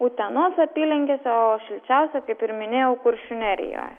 utenos apylinkėse o šilčiausia kaip ir minėjau kuršių nerijoje